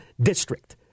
district